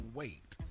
wait